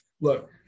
look